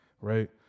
right